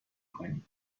کنی